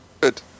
Good